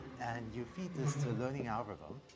and you feed this to a learning algorithm,